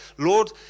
Lord